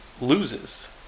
loses